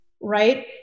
right